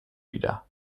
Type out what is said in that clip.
wider